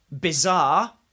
bizarre